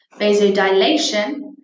Vasodilation